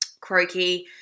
croaky